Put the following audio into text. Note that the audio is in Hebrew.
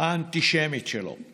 האנטישמית שלו.